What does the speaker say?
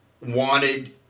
wanted